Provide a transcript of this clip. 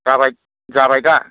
जाबाय जाबाय दा